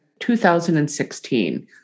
2016